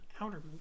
outer